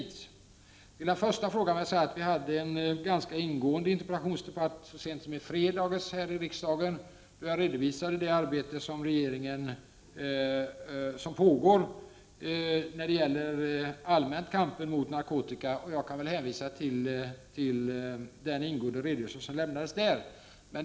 Till svar på den första frågan vill jag säga att vi hade en ganska ingående interpellationsdebatt så sent som i fredags här i riksdagen, då jag redovisade det arbete som pågår när det gäller kampen mot narkotika allmänt. Jag hänvisar till den ingående redogörelse som lämnades där.